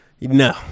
No